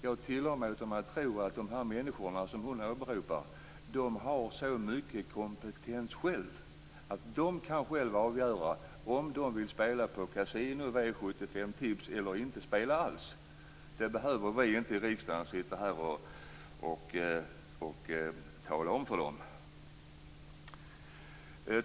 Jag tillåter mig att tro att de människor som hon åberopar har så mycket kompetens att de själva kan avgöra om de vill spela på kasino, V 75 eller tips eller inte spela alls. Det behöver inte vi i riksdagen tala om för dem.